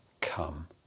come